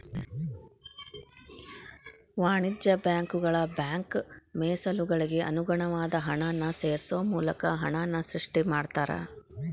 ವಾಣಿಜ್ಯ ಬ್ಯಾಂಕುಗಳ ಬ್ಯಾಂಕ್ ಮೇಸಲುಗಳಿಗೆ ಅನುಗುಣವಾದ ಹಣನ ಸೇರ್ಸೋ ಮೂಲಕ ಹಣನ ಸೃಷ್ಟಿ ಮಾಡ್ತಾರಾ